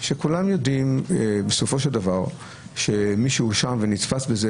כשכולם יודעים שמי שהואשם ונתפס על כך